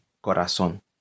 Corazón